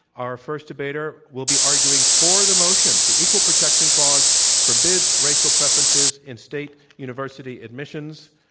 our first debater will be arguing for the motion the equal protection clause forbids racial preferences in state university admissions.